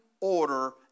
order